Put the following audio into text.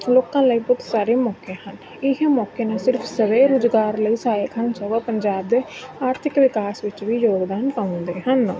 ਲੋਕਾਂ ਲਈ ਬਹੁਤ ਸਾਰੇ ਮੌਕੇ ਹਨ ਇਹ ਮੌਕੇ ਨਾ ਸਿਰਫ ਸਵੈ ਰੁਜ਼ਗਾਰ ਲਈ ਸਹਾਇਕ ਹਨ ਸਗੋਂ ਪੰਜਾਬ ਦੇ ਆਰਥਿਕ ਵਿਕਾਸ ਵਿੱਚ ਵੀ ਯੋਗਦਾਨ ਪਾਉਂਦੇ ਹਨ